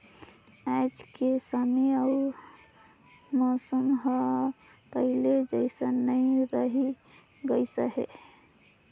आयज के समे अउ मउसम हर पहिले जइसन नइ रही गइस हे